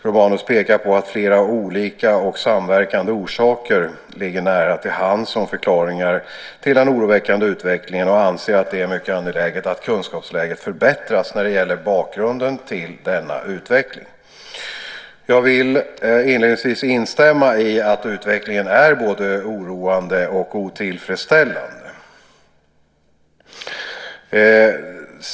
Romanus pekar på att flera olika och samverkande orsaker ligger nära till hands som förklaringar till den oroväckande utvecklingen och anser att det är mycket angeläget att kunskapsläget förbättras när det gäller bakgrunden till denna utveckling. Jag vill inledningsvis instämma i att utvecklingen är både oroande och otillfredsställande.